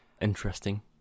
interesting